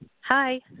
Hi